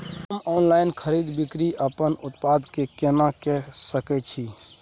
हम ऑनलाइन खरीद बिक्री अपन उत्पाद के केना के सकै छी?